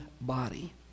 body